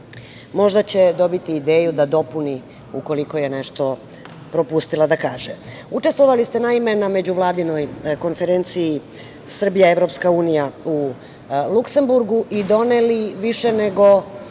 Možda će dobiti ideju da dopuni, ukoliko je nešto propustila da kaže. Naime, učestvovali ste na Međuvladinoj konferenciji Srbija-EU u Luksemburgu i doneli više nego